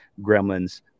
gremlins